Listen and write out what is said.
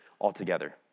altogether